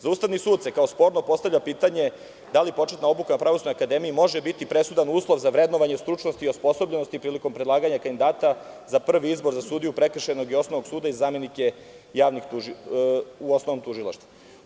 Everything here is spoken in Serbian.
Za Ustavni sud se kao sporno postavlja pitanje – da li početna obuka na Pravosudnoj akademiji može biti presudan uslov za vrednovanje stručnosti i osposobljenosti prilikom predlaganja kandidata za prvi izbor za sudiju prekršajnog i osnovnog suda i zamenike u osnovnom tužilaštvu?